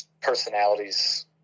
personalities